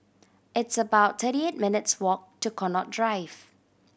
it's about thirty eight minutes' walk to Connaught Drive